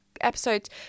episodes